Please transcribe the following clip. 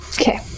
Okay